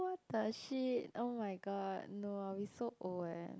the shit oh-my-god no I will be so old eh